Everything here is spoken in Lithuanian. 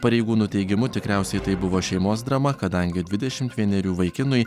pareigūnų teigimu tikriausiai tai buvo šeimos drama kadangi dvidešimt vienerių vaikinui